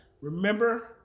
Remember